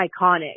iconic